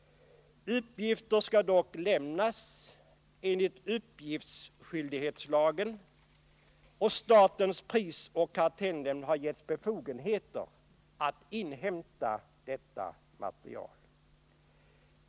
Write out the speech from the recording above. Uppgifter skall dock lämnas enligt uppgiftsskyldighetslagen, och statens prisoch kartellnämnd har givits befogenheter att inhämta detta material.